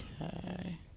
Okay